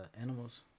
animals